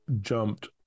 jumped